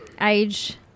age